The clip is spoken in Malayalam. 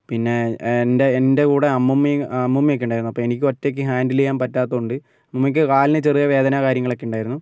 പിന്നെ എൻ്റെ എൻ്റെ കൂടെ അമ്മുമ്മയും അമ്മുമ്മയൊക്കെ ഉണ്ടായിരുന്നു എനിക്ക് ഒറ്റക്ക് ഹാൻഡിൽ ചെയ്യാൻ പറ്റാത്തത് കൊണ്ട് അമ്മക്ക് കാലിന് ചെറിയ വേദന കാര്യങ്ങൾ ഒക്കെ ഉണ്ടായിരുന്നു